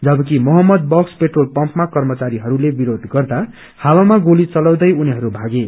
जवकि Mohammadbaksh petrol पम्पका कर्मचारहरूले विरोध गर्दा हावामा गोली चलाउँदै उनीहरू भागे